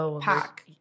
pack